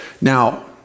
Now